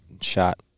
shot